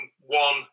one